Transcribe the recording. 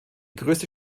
größte